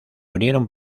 unieron